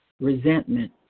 resentment